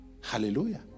hallelujah